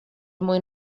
mwyn